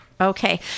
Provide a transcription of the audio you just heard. Okay